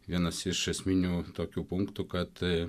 vienas iš esminių tokių punktų kad